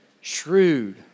shrewd